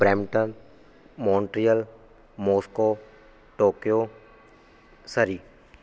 Brampton Montreal Moscow Tokyo Surrey